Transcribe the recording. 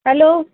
hello